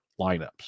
lineups